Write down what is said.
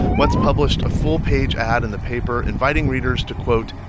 once published a full-page ad in the paper inviting readers to, quote,